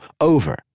over